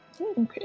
okay